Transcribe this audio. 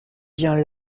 bien